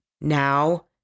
now